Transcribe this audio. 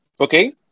Okay